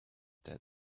that